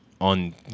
on